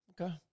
Okay